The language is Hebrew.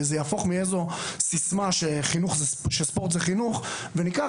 וזה יהפוך מאיזו סיסמה שספורט זה חינוך וניקח